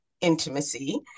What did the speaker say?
intimacy